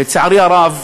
לצערי הרב,